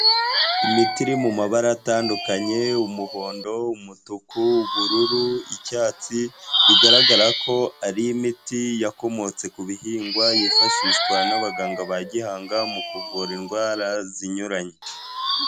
Imiti iri mu mabara atandukanye, umuhondo, umutuku, ubururu, icyatsi, bigaragara ko ari imiti yakomotse ku bihingwa, yifashishwa n'abaganga ba gihanga mu kuvura indwara zinyuranye.